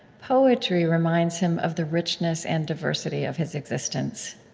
poetry reminds him of the richness and diversity of his existence.